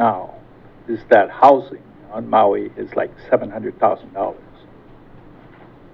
now is that housing is like seven hundred thousand